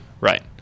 right